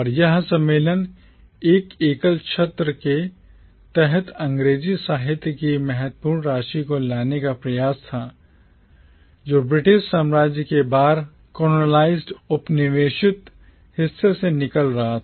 और यह सम्मेलन एक एकल छत्र के तहत अंग्रेजी साहित्य की महत्वपूर्ण राशि को लाने का प्रयास था जो ब्रिटिश साम्राज्य के एक बार colonized उपनिवेशित हिस्से से निकल रहा था